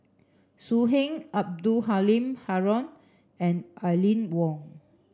So Heng Abdul Halim Haron and Aline Wong